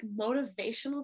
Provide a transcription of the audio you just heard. motivational